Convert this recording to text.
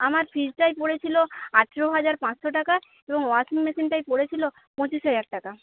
আমার ফ্রিজটায় পড়েছিল আঠারো হাজার পাঁচশো টাকা এবং ওয়াশিং মেশিনটায় পড়েছিল পঁচিশ হাজার টাকা